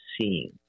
seeing